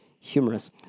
Humorous